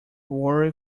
worry